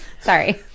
Sorry